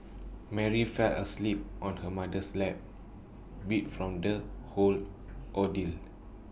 Mary fell asleep on her mother's lap beat from the whole ordeal